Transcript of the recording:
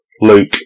Luke